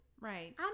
Right